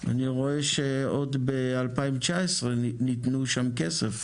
אני רואה שעוד ב- 2019 ניתנו שם כסף,